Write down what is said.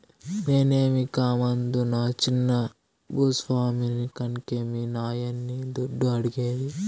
నేనేమీ కామందునా చిన్న భూ స్వామిని కన్కే మీ నాయన్ని దుడ్డు అడిగేది